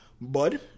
Bud